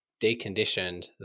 deconditioned